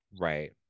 Right